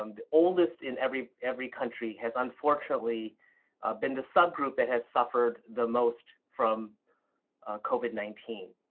um the oldest in every every country has unfortunately been the subgroup that has suffered the most from covid nineteen.